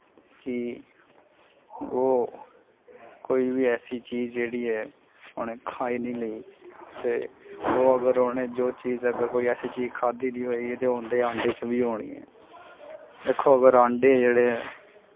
की ओह् कोई वी ऐसी चीज जेह्ड़ी ऐ उनैं खाई निं लेई ते ओह् अगर उनें जो चीज अगर कोई ऐसी चीज खादी दी होई ते उंदे अंडे च वी होनी ऐ दिक्खो अगर अंडे जेह्ड़े